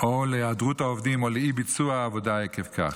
או להיעדרות העובדים או לאי-ביצוע העבודה עקב כך.